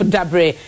Dabre